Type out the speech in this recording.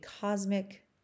cosmic